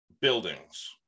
buildings